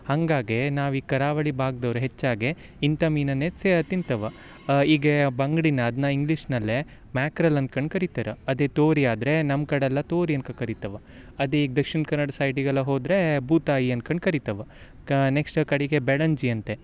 ಹಂಗಾಗಿ ನಾವು ಈ ಕರಾವಳಿ ಭಾಗ್ದವ್ರು ಹೆಚ್ಚಾಗೆ ಇಂಥ ಮೀನನ್ನೇ ಸೇ ತಿಂತೆವ ಹೀಗೆ ಬಂಗ್ಡಿನ ಅದನ್ನ ಇಂಗ್ಲೀಷ್ನಲ್ಲೆ ಮ್ಯಾಕ್ರಲ್ಲಿ ಅನ್ಕಂಡು ಕರಿತಾರೆ ಅದೇ ತೋರಿ ಆದರೆ ನಮ್ಮ ಕಡೆಯೆಲ್ಲ ತೋರಿ ಅನ್ಕ ಕರಿತ್ತೆವ ಅದೇ ಈಗ ದಕ್ಷಿಣ ಕನ್ನಡದ ಸೈಡಿಗೆಲ್ಲ ಹೋದರೆ ಬೂತಾಯಿ ಅನ್ಕಂಡು ಕರಿತೇವೆ ಕ ನೆಕ್ಸ್ಟ್ ಕಡಿಗೆ ಬೆಳಂಜಿ ಅಂತೆ